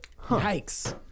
Yikes